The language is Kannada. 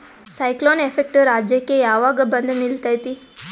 ಸೈಕ್ಲೋನ್ ಎಫೆಕ್ಟ್ ರಾಜ್ಯಕ್ಕೆ ಯಾವಾಗ ಬಂದ ನಿಲ್ಲತೈತಿ?